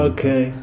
Okay